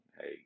hey